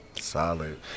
Solid